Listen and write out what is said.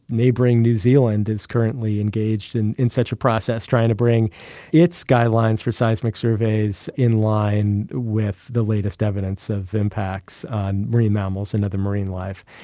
neighbouring new zealand is currently engaged and in such a process, trying to bring its guidelines for seismic surveys in line with the latest evidence of impacts on marine mammals and other marine life.